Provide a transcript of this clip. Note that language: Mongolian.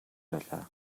байлаа